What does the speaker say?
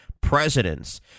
presidents